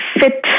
fit